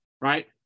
right